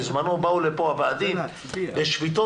בזמנו באו לפה הוועדים בשביתות,